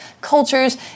cultures